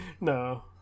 No